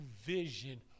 vision